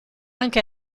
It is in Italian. anche